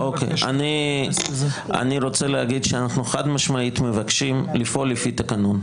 אני רוצה להגיד שאנחנו חד משמעית מבקשים לפעול לפי התקנון.